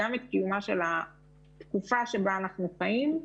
גם את קיומה של התקופה שבה אנחנו חיים,